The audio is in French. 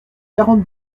quarante